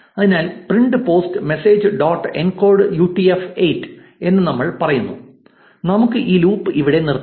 അതിനാൽ print post message dot encode UTF 8 എന്ന് നമ്മൾ പറയുന്നു നമുക്ക് ഈ ലൂപ്പ് ഇവിടെ നിര്ത്താം